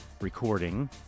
recording